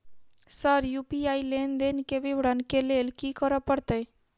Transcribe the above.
Sir UPI लेनदेन केँ विवरण केँ लेल की करऽ परतै?